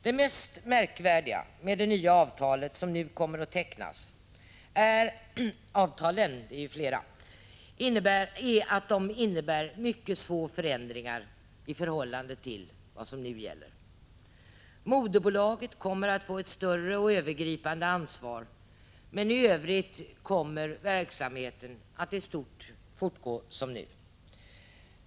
Det mest märkvärdiga med de nya avtal som nu kommer att tecknas är att de innebär mycket små förändringar i förhållande till vad som nu gäller. Moderbolaget kommer att få ett större och övergripande ansvar, men i övrigt kommer verksamheten att i stort fortgå som nu.